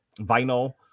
Vinyl